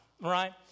right